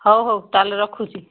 ହେଉ ହେଉ ତା'ହେଲେ ରଖୁଛି